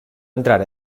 entrar